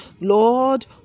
lord